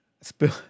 Spill